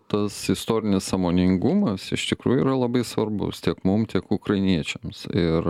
tas istorinis sąmoningumas iš tikrųjų yra labai svarbus tiek mum tiek ukrainiečiams ir